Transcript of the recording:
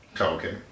Okay